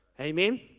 Amen